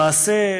למעשה,